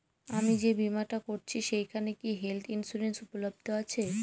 আমি যে বীমাটা করছি সেইখানে কি হেল্থ ইন্সুরেন্স উপলব্ধ আছে?